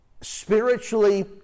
Spiritually